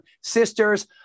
sisters